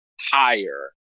higher